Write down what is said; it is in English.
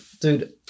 dude